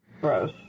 gross